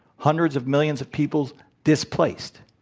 hundreds of millions of people displaced.